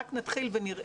(מצגת).